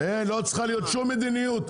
אין לא צריכה להיות שום מדיניות,